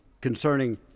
concerning